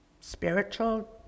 spiritual